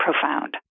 profound